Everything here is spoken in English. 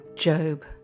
Job